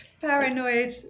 Paranoid